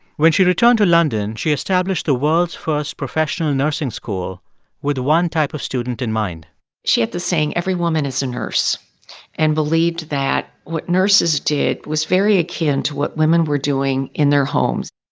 when she returned to london, she established the world's first professional nursing school with one type of student in mind she had the saying, every woman is a nurse and believed that what nurses did was very akin to what women were doing in their homes